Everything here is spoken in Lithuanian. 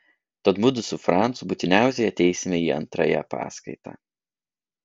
tad mudu su francu būtiniausiai ateisime į antrąją paskaitą